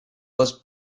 was